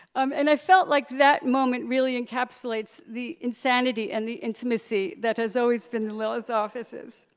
um and i felt like that moment really encapsulates the insanity and the intimacy that has always been the lilith offices.